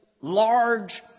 large